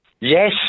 Yes